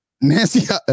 Nancy